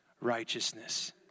Righteousness